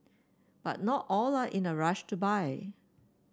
but not all are in a rush to buy